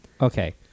Okay